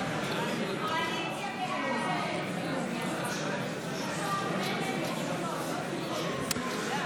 15, כהצעת הוועדה, נתקבל.